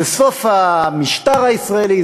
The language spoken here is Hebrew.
זה סוף המשטר הישראלי,